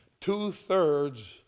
two-thirds